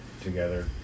together